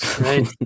right